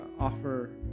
offer